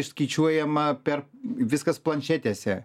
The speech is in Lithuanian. išskaičiuojama per viskas planšetėse